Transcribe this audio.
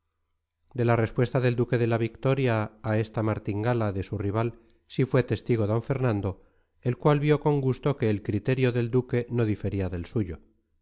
de la respuesta del duque de la victoria a esta martingala de su rival sí fue testigo d fernando el cual vio con gusto que el criterio del duque no difería del suyo